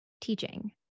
teaching